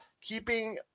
keeping –